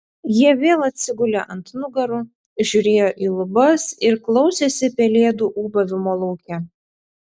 jie vėl atsigulė ant nugarų žiūrėjo į lubas ir klausėsi pelėdų ūbavimo lauke